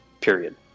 period